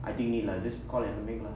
I think need lah just call or something lah